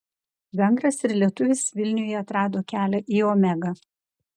vengras ir lietuvis vilniuje atrado kelią į omegą